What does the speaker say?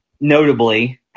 Notably